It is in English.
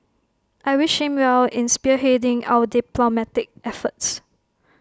I wish him well in spearheading our diplomatic efforts